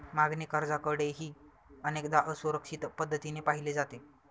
मागणी कर्जाकडेही अनेकदा असुरक्षित पद्धतीने पाहिले जाते